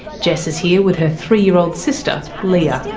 jess is here with her three-year-old sister leah.